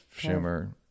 Schumer